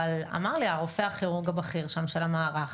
אבל אמר לי הרופא הכירורג הבכיר שם של המערך,